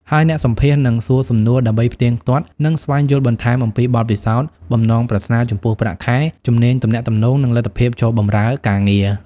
ហើយអ្នកសម្ភាសន៍នឹងសួរសំណួរដើម្បីផ្ទៀងផ្ទាត់ និងស្វែងយល់បន្ថែមអំពី បទពិសោធន៍ បំណងប្រាថ្នាចំពោះប្រាក់ខែ ជំនាញទំនាក់ទំនង និងលទ្ធភាពចូលបម្រើការងារ។